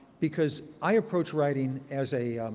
because i approach writing as a,